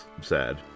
sad